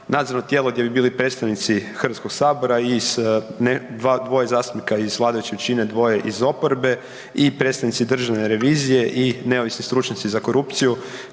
nadzorno tijelo gdje bi bili predstavnici Hrvatskog sabora i dvoje zastupnika iz vladajuće čine dvoje iz oporbe i predstavnici državne revizije i neovisni stručnjaci za korupciju